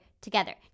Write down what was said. together